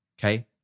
Okay